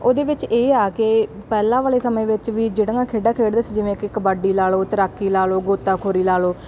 ਉਹਦੇ ਵਿੱਚ ਇਹ ਆ ਕਿ ਪਹਿਲਾਂ ਵਾਲੇ ਸਮੇਂ ਵਿੱਚ ਵੀ ਜਿਹੜੀਆਂ ਖੇਡਾਂ ਖੇਡਦੇ ਸੀ ਜਿਵੇਂ ਕਿ ਕਬੱਡੀ ਲਾ ਲਓ ਤੈਰਾਕੀ ਲਾ ਲਓ ਗੋਤਾਖੋਰੀ ਲਾ ਲਓ